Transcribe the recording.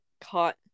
caught